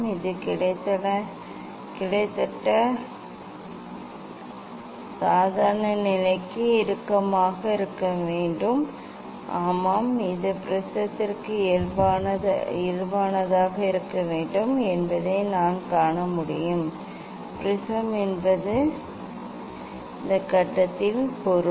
இது கிட்டத்தட்ட சாதாரண நிலைக்கு நெருக்கமாக இருக்கும் ஆமாம் இது ப்ரிஸத்திற்கு இயல்பானதாக இருக்கும் என்பதை நான் காண முடியும் ப்ரிஸம் என்பது இந்த கட்டத்தில் பொருள்